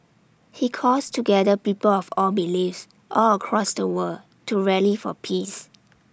he calls together people of all beliefs all across the world to rally for peace